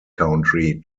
country